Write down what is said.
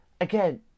Again